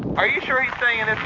are you sure he's staying in